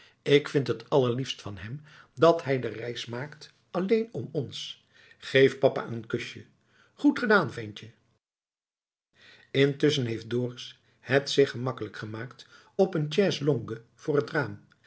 ik vind het allerliefst van hem dat hij de reis maakt alleen om ons geef papa een kusje goed gedaan ventje intusschen heeft dorus het zich gemakkelijk gemaakt op een chaise-longue voor het raam